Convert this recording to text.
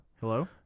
Hello